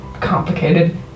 complicated